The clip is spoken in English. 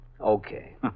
Okay